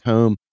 Home